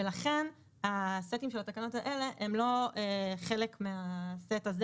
ולכן הסטים של התקנות האלה הם לא חלק מהסט הזה